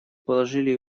положили